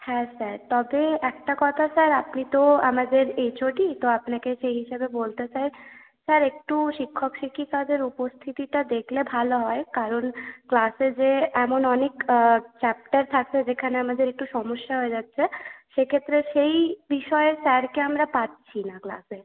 হ্যাঁ স্যার তবে একটা কথা স্যার আপনি তো আমাদের এইচওডি তো আপনাকে সেই হিসাবে বলতে চাই স্যার একটু শিক্ষক শিক্ষিকাদের উপস্থিতিটা দেখলে ভালো হয় কারণ ক্লাসে যে এমন অনেক চ্যাপ্টার থাকছে যেখানে আমাদের একটু সমস্যা হয়ে যাচ্ছে সেক্ষেত্রে সেই বিষয়ের স্যারকে আমরা পচ্ছি না ক্লাসে